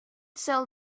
sell